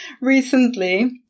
recently